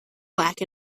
black